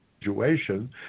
Situation